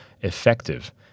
effective